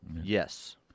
yes